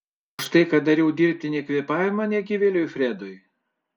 už tai kad dariau dirbtinį kvėpavimą negyvėliui fredui